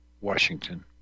Washington